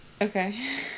okay